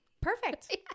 Perfect